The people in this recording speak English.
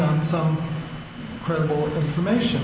on some credible information